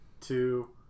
two